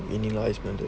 vanilla extended